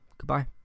Goodbye